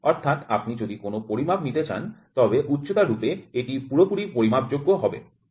অর্থাৎ আপনি যদি কোনও পরিমাপ নিতে চান তবে উচ্চতা রুপে এটি পুরোপুরি পরিমাপযোগ্য হবে